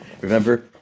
Remember